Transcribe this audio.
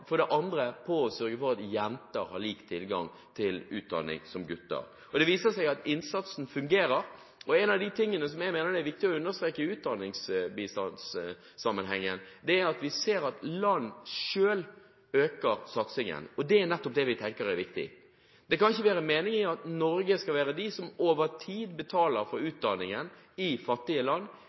på å sørge for at jenter har samme tilgang til utdanning som gutter. Det viser seg at innsatsen fungerer. En av de tingene jeg mener det er viktig å understreke i utdanningsbistandssammenheng, er at vi ser at landene selv øker satsingen – og det er nettopp det vi tenker er viktig. Det kan ikke være meningen at Norge over tid skal betale for utdanningen i fattige land.